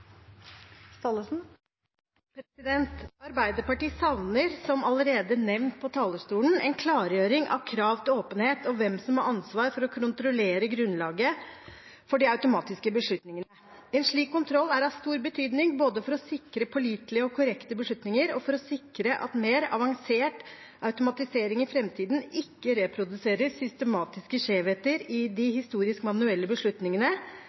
Arbeiderpartiet savner, som allerede nevnt fra talerstolen, en klargjøring av krav til åpenhet og hvem som har ansvaret for å kontrollere grunnlaget for de automatiske beslutningene. En slik kontroll er av stor betydning både for å sikre pålitelige og korrekte beslutninger og for å sikre at mer avansert automatisering i framtiden ikke reproduserer systematiske skjevheter i de historisk manuelle beslutningene,